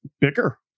bigger